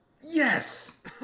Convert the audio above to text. yes